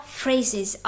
phrases